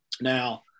now